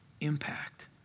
impact